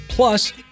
plus